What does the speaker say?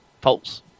Pulse